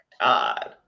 God